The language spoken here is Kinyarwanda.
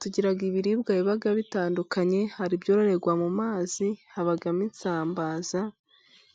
Tugira ibiribwa biba bitandukanye, hari ibyororerwa mu mazi, habamo isambaza,